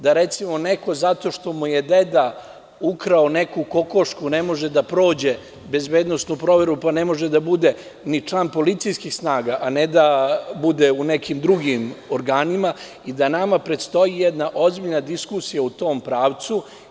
Da recimo, neko zato što mu je deda ukrao neku kokošku ne može da prođe bezbednosnu proveru, pa ne može da bude ni član policijskih snaga, a ne da bude u nekim drugim organima i da nama predstoji jedna ozbiljna diskusija u tom pravcu.